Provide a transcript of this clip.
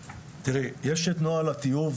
תראי, יש את נוהל הטיוב,